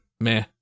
meh